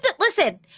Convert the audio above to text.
Listen